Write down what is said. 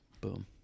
Boom